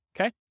Okay